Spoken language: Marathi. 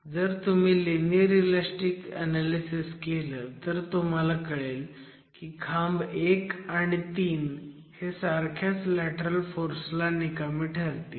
जर तुम्ही लिनीयर इलॅस्टीक ऍनॅलिसिस केलं तर तुम्हाला कळेल की खांब 1 आणि 3 हे सारख्याच लॅटरल फोर्स ला निकामी ठरतील